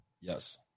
Yes